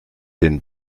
den